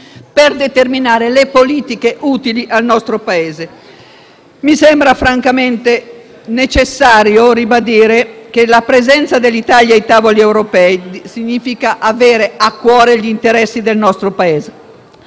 per determinare le politiche utili al nostro Paese. Mi sembra necessario ribadire che la presenza dell'Italia ai tavoli europei significa avere a cuore gli interessi del nostro Paese.